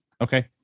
Okay